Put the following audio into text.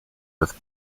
with